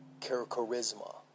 charisma